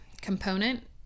component